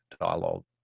dialogue